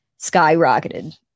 skyrocketed